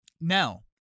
Now